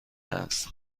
است